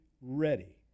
ready